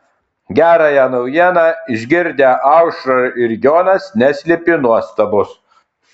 gerąją naujieną išgirdę aušra ir jonas neslėpė nuostabos